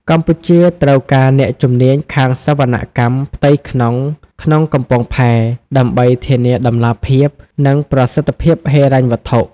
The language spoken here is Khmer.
កម្ពុជាត្រូវការអ្នកជំនាញខាងសវនកម្មផ្ទៃក្នុងក្នុងកំពង់ផែ ដើម្បីធានាតម្លាភាព និងប្រសិទ្ធភាពហិរញ្ញវត្ថុ។